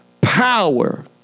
power